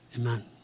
Amen